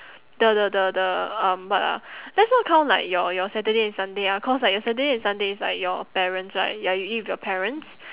the the the the um what ah let's not count like your your saturday and sunday ah cause like your saturday and sunday is like your parents right ya you eat with your parents